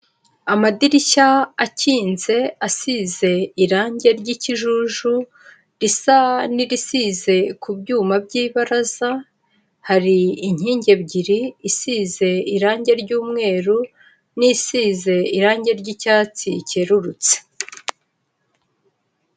Amadirishya akinze asize irangi ry'ikijuju risa n'irisize ku byuma by'ibaraza, hari inkingi ebyiri, isize irangi ry'umweru n'isize irangi ry'icyatsi cyerurutse.